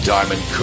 Diamond